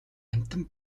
амьтан